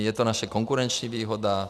Je to naše konkurenční výhoda.